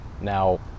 now